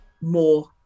more